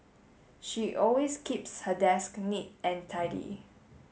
she always keeps her desk neat and tidy